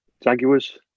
Jaguars